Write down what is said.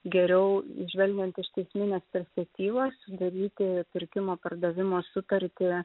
geriau žvelgiant iš teisminės perspektyvos sudaryti pirkimo pardavimo sutartį